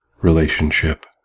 relationship